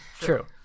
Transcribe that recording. True